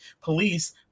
police